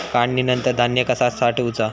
काढणीनंतर धान्य कसा साठवुचा?